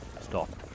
stop